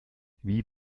wie